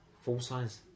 Full-size